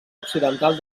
occidental